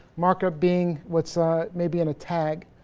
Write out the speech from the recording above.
mark up being what's may be in a tag.